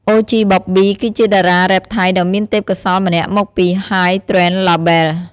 OG Bobby គឺជាតារារ៉េបថៃដ៏មានទេពកោសល្យម្នាក់មកពី Hype Train label។